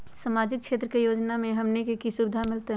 सामाजिक क्षेत्र के योजना से हमनी के की सुविधा मिलतै?